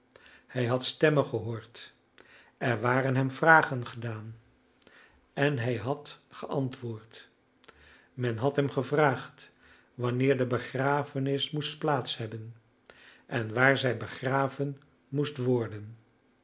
hij had stemmen gehoord er waren hem vragen gedaan en hij had geantwoord men had hem gevraagd wanneer de begrafenis moest plaats hebben en waar zij begraven moest worden